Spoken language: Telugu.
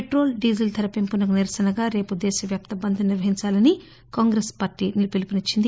పెట్రోల్ డీజిల్ ధర పెంపుకు నిరసనగా రేపు దేశవ్యాప్త బంద్ ను నిర్వహించాలని కాంగ్రెస్ పార్టీ పిలుపునిచ్చింది